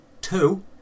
Two